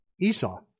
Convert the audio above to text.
Esau